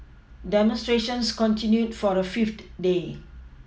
demonstrations continued for the fifth day